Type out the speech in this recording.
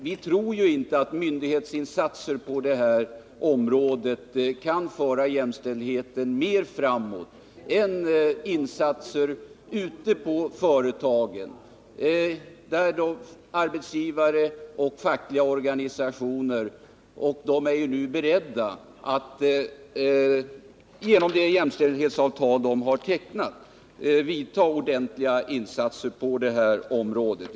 Vi tror inte att myndighetsinsatser på det här området kan föra jämställdheten mer framåt än insatser ute i företagen. Där är nu arbetsgivare och fackliga organisationer beredda att, genom det jämstställdhetsavtal de har tecknat, göra ordentliga insatser på det här området.